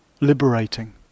liberating